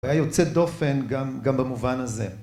היה יוצא דופן גם במובן הזה.